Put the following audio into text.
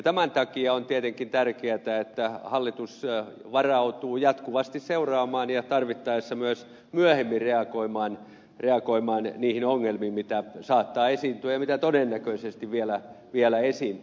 tämän takia on tietenkin tärkeätä että hallitus varautuu jatkuvasti seuraamaan tilannetta ja tarvittaessa myös myöhemmin reagoimaan niihin ongelmiin mitä saattaa esiintyä ja mitä todennäköisesti vielä esiintyy